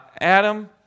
Adam